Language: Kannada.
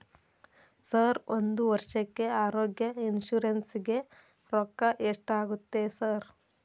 ಸರ್ ಒಂದು ವರ್ಷಕ್ಕೆ ಆರೋಗ್ಯ ಇನ್ಶೂರೆನ್ಸ್ ಗೇ ರೊಕ್ಕಾ ಎಷ್ಟಾಗುತ್ತೆ ಸರ್?